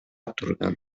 турган